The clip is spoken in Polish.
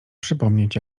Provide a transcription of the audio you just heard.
przypomnieć